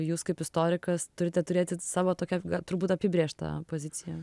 jūs kaip istorikas turite turėti savo tokią turbūt apibrėžtą poziciją